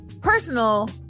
personal